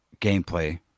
gameplay